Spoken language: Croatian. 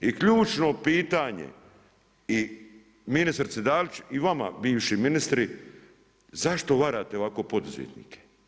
I ključno pitanje ministrici Dalić i vama bivši ministri, zašto varate ovako poduzetnike?